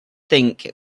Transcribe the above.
think